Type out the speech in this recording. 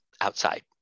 outside